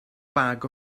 bag